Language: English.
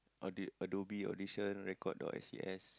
audition~ audition record or S_E_S